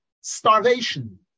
starvation